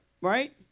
right